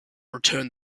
returned